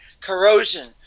corrosion